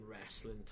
wrestling